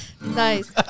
Nice